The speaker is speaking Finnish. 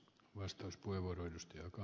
arvoisa puhemies